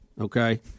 Okay